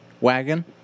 wagon